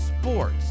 sports